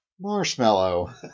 Marshmallow